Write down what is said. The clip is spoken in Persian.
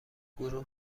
گروه